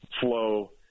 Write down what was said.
flow